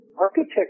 Architecture